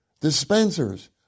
dispensers